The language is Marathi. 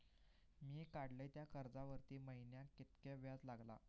मी काडलय त्या कर्जावरती महिन्याक कीतक्या व्याज लागला?